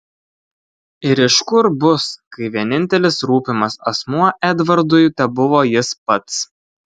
ir iš kur bus kai vienintelis rūpimas asmuo edvardui tebuvo jis pats